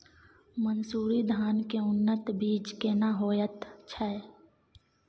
मन्सूरी धान के उन्नत बीज केना होयत छै?